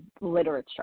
literature